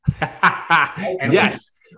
yes